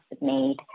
made